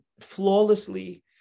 flawlessly